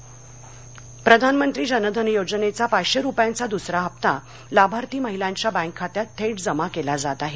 जनधन प्रधानमंत्री जनधन योजनेचा पाचशे रुपयांचा द्सरा हप्ता लाभार्थी महिलांच्या बँक खात्यात थेट जमा केला जात आहे